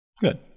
Good